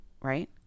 right